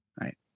Right